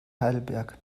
heidelberg